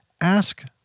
ask